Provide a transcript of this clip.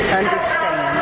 understand